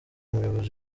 umuyobozi